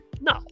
no